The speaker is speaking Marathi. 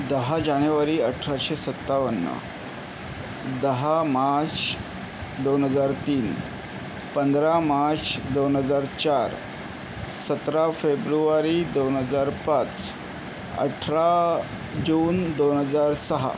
दहा जानेवारी अठराशे सत्तावन्न दहा मार्च दोन हजार तीन पंधरा मार्च दोन हजार चार सतरा फेब्रुवारी दोन हजार पाच अठरा जून दोन हजार सहा